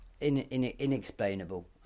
inexplainable